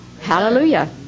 Hallelujah